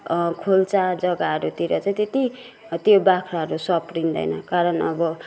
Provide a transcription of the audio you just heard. खोल्चा जग्गाहरूतिर चाहिँ त्यति त्यो बाख्राहरू सप्रिँदैन कारण अब